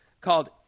called